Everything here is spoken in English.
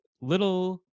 little